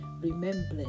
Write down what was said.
Remember